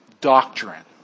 doctrine